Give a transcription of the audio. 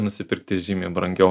nusipirkti žymiai brangiau